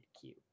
queue